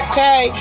Okay